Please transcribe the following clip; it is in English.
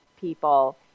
people